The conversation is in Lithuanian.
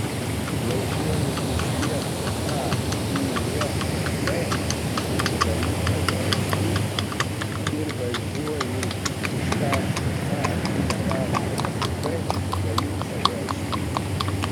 važiuoju iš miesto a į miestą b galiu pavežti ir važiuoju iš taško a į tašką b galiu pavežti